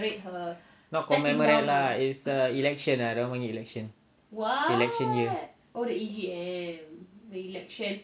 not commemorate lah is an election ah dia orang panggil election year